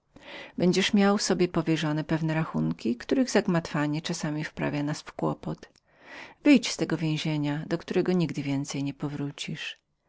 będziesz miał sobie powierzone pewne rachunki których zagmatwanie czasami wprawia nas w kłopot wyjdź z tego więzienia do którego nigdy już więcej nie powrócisz